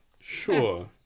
Sure